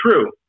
true